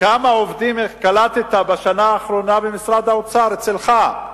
כמה עובדים קלטת בשנה האחרונה במשרד האוצר, אצלך?